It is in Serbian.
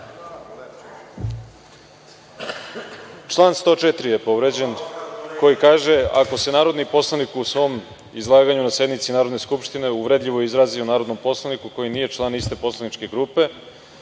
Član 104. je povređen koji kaže – ako se narodni poslanik u svom izlaganju na sednici Narodne skupštine uvredljivo izrazi o narodnom poslaniku koji nije član iste poslaničke grupe,